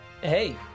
hey